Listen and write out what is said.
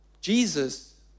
Jesus